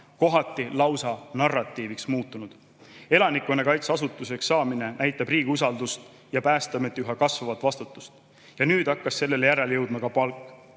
kohati lausa narratiiviks muutunud. Elanikkonnakaitseasutuseks saamine näitab riigi usaldust ja Päästeameti üha kasvavat vastutust. Ja nüüd hakkas sellele järele jõudma ka palk.